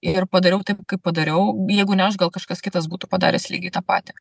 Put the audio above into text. ir padariau taip kaip padariau jeigu ne aš gal kažkas kitas būtų padaręs lygiai tą patį